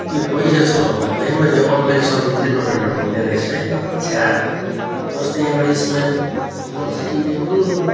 यो पैसा छ भन्दैमा यो अनलाइन सपिङ चाहिँ गर्नु नहुने रहेछ है छ्या अस्ति एउटा स्मार्ट वाच किनेको